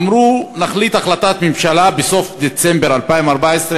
אמרו: נחליט החלטת ממשלה בסוף דצמבר 2014,